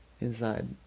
inside